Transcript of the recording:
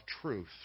truth